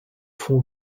front